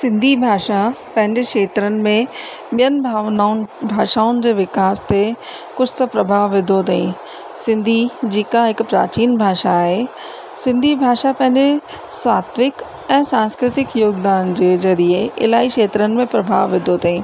सिंधी भाषा पंहिंजे खेत्रनि में ॿियनि भावनाउनि भाषाउनि जे विकास ते कुझ त प्रभाव विधो अथई सिंधी जेका हिकु प्राचीन भाषा आहे सिंधी भाषा पंहिंजे सात्विक ऐं सांस्कृतिक योगदान जे ज़रिए इलाही खेत्रनि में प्रभाव विधो अथई